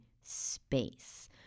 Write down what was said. space